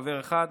חבר אחד,